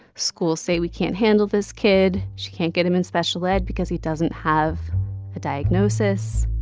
schools say we can't handle this kid. she can't get him in special ed because he doesn't have a diagnosis